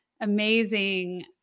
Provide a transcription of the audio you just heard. amazing